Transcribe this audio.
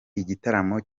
igitaramo